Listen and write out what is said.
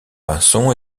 pinson